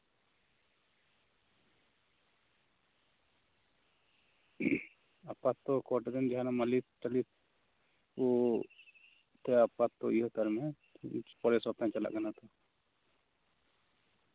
ᱟᱯᱟᱛᱚᱛᱚ ᱮᱠᱷᱚᱱ ᱠᱳᱱᱳ ᱢᱟᱞᱤᱥᱼᱴᱟᱞᱤᱥ ᱠᱟᱛᱮ ᱤᱭᱟᱹ ᱦᱟᱛᱟᱲ ᱢᱮ ᱤᱧ ᱯᱚᱨᱮᱨ ᱥᱚᱯᱛᱟᱦᱚᱧ ᱪᱟᱞᱟᱜ ᱠᱟᱱᱟ ᱛᱚ